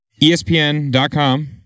ESPN.com